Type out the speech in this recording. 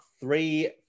three